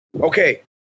okay